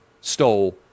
stole